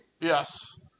Yes